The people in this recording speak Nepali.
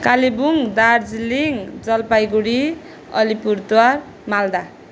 कालेबुङ दार्जिलिङ जलपाइगुडी अलिपुरद्वार मालदा